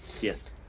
Yes